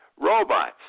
robots